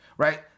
right